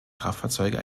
kraftfahrzeuge